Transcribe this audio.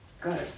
Good